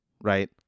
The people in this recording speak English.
right